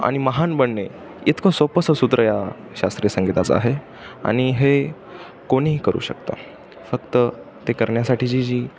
आणि महान बनणे इतकं सोपं सूत्र या शास्त्रीय संगीताचं आहे आणि हे कोणीही करू शकतं फक्त ते करण्यासाठीची जी